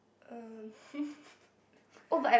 um